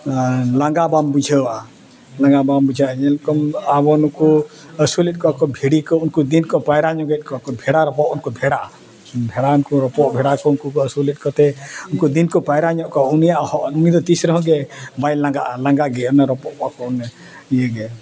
ᱞᱟᱸᱜᱟ ᱵᱟᱢ ᱵᱩᱡᱷᱟᱹᱣᱟ ᱞᱟᱸᱜᱟ ᱵᱟᱢ ᱵᱩᱡᱷᱟᱹᱣᱟ ᱧᱮᱞ ᱠᱚᱢ ᱟᱵᱚ ᱱᱩᱠᱩ ᱟᱹᱥᱩᱞᱮᱫ ᱠᱚᱣᱟ ᱠᱚ ᱵᱷᱤᱲᱤ ᱠᱚ ᱩᱱᱠᱩ ᱫᱤᱱ ᱠᱚ ᱯᱟᱭᱨᱟ ᱧᱚᱜᱮᱫ ᱠᱚᱣᱟ ᱠᱚ ᱵᱷᱮᱲᱟ ᱨᱚᱯᱚᱜ ᱩᱱᱠᱩ ᱵᱷᱮᱲᱟ ᱵᱷᱮᱲᱟ ᱩᱱᱠᱩ ᱨᱚᱯᱚᱜ ᱵᱷᱮᱲᱟ ᱠᱚ ᱩᱱᱠᱩ ᱠᱚ ᱟᱹᱥᱩᱞᱮᱫ ᱠᱚᱛᱮ ᱩᱱᱠᱩ ᱫᱤᱱ ᱠᱚ ᱯᱟᱭᱨᱟ ᱧᱚᱜ ᱠᱚᱣᱟ ᱩᱱᱤᱭᱟᱜ ᱩᱱᱤ ᱫᱚ ᱛᱤᱥ ᱨᱮᱦᱚᱸ ᱜᱮ ᱵᱟᱭ ᱞᱟᱸᱜᱟᱜᱼᱟ ᱞᱟᱸᱜᱟ ᱜᱮ ᱚᱱᱮ ᱨᱚᱯᱚᱜ ᱠᱚᱣᱟᱠᱚ ᱚᱱᱮ ᱤᱭᱟᱹ ᱜᱮ